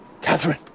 Catherine